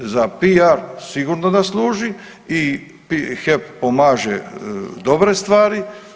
Za PR sigurno da služi i HEP pomaže dobre stvari.